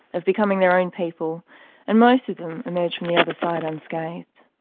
of becoming their own people and most of them emerge from the other side unscathed.